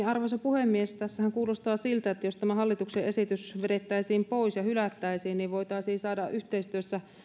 arvoisa puhemies tässähän kuulostaa siltä että jos tämä hallituksen esitys vedettäisiin pois ja hylättäisiin niin voitaisiin saada yhteistyössä